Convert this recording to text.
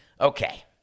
Okay